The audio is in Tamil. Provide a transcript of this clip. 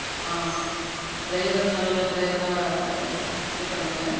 ஆ டிரைவரும் நல்ல டிரைவராக இது இது பண்ணுங்கள்